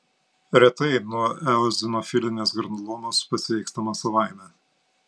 retai nuo eozinofilinės granulomos pasveikstama savaime